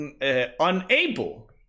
unable